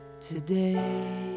today